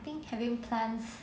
think having plans